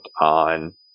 on